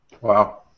Wow